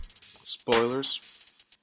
spoilers